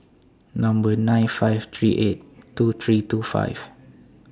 Number nine five three eight two three two five